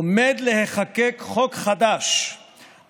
עומד להיחקק חוק חדש,